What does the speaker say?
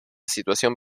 situación